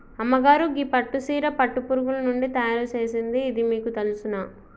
అమ్మగారు గీ పట్టు సీర పట్టు పురుగులు నుండి తయారు సేసింది ఇది మీకు తెలుసునా